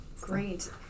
great